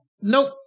Nope